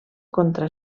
contra